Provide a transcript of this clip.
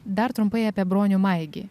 dar trumpai apie bronių maigį